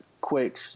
quick